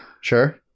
sure